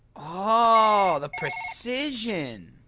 ohhhh the precision!